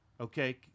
Okay